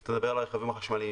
אתה מדבר על הרכבים החשמליים?